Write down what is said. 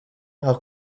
how